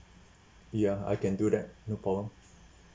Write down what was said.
ya I can do that no problem